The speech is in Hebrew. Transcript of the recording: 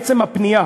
עצם הפנייה